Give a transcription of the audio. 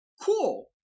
cool